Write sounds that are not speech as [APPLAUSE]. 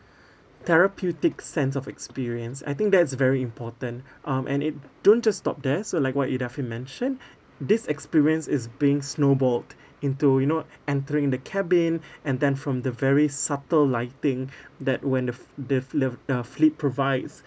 therapeutic sense of experience I think that is very important um and it don't just stop there so like what idafi mentioned [BREATH] this experience is being snowballed into you know entering the cabin [BREATH] and then from the very subtle lighting [BREATH] that when the that lift the flip provides